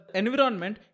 environment